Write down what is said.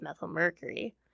methylmercury